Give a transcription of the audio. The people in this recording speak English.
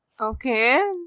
Okay